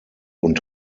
und